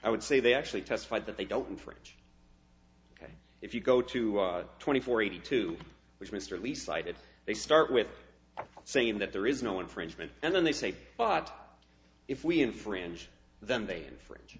i would say they actually testified that they don't infringe but if you go to twenty four eighty two which mr leask cited they start with saying that there is no infringement and then they say but if we infringe them they infringe